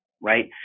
right